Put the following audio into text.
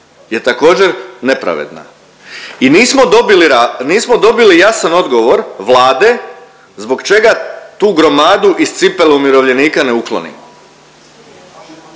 je također nepravedna. I nismo dobili jasan odgovor Vlade zbog čega tu gromadu iz cipele umirovljenika ne uklonimo.